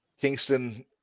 Kingston